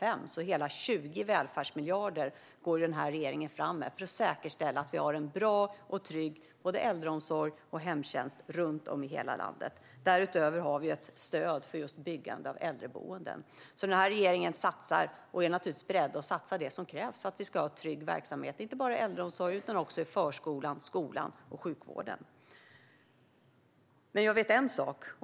Regeringen går fram med hela 20 välfärdsmiljarder för att säkerställa att vi har en bra och trygg både äldreomsorg och hemtjänst runt om i hela landet. Därutöver har vi ett stöd för byggande av just äldreboenden. Regeringen satsar och är naturligtvis beredd att satsa det som krävs för att vi ska ha trygg verksamhet inte bara i äldreomsorgen utan också i förskolan, skolan och sjukvården. Jag vet en sak.